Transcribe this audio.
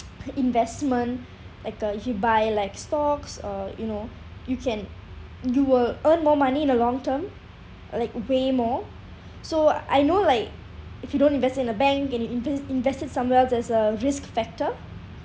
investment like uh you buy like stocks or you know you can you will earn more money in the long term like way more so I know like if you don't invest in a bank and you invest invest it somewhere else there's a risk factor